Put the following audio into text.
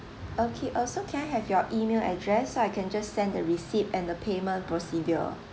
okay also can I have your email address so I can just send the receipt and the payment procedure